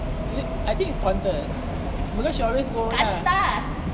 I think is qantas because she always go